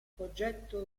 oggetto